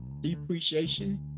depreciation